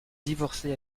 divorcé